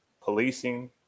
policing